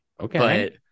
Okay